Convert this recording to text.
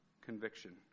conviction